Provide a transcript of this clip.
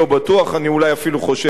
אני אולי אפילו חושב שלא,